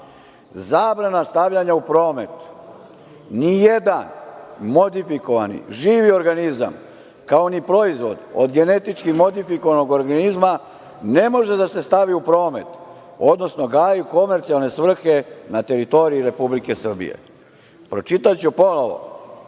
"Zabrana stavljanja u promet - Nijedan modifikovani živi organizam, kao ni proizvod od genetički modifikovanog organizma ne može da se stavi u promet, odnosno gaji u komercijalne svrhe na teritoriji Republike Srbije."Pročitaću ponovo,